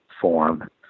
form